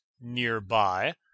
nearby